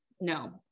No